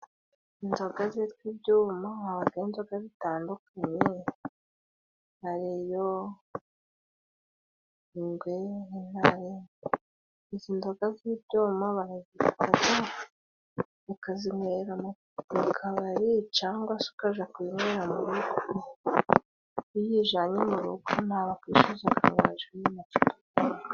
Inzoga zitwa ibyuma habagaho inzoga bitandukanye hariyo ingwe, n'intare izi nzoga z'ibyuma barazifata ukazinywera mu kabari. Cangwa se ukaja kuyinywera mu rugo, iyo uyijanye mu rugo nta wakwishuzaga amavide.